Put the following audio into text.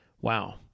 Wow